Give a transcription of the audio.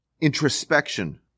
introspection